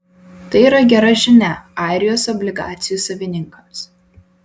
tai yra gera žinia airijos obligacijų savininkams